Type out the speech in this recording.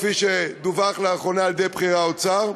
כפי שדווח לאחרונה על-ידי בכירי האוצר,